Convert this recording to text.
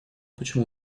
почему